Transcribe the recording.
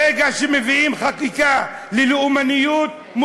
ברגע שמביאים חקיקה על לאומנות,